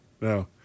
no